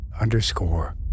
underscore